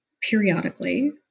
periodically